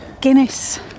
guinness